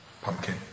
Pumpkin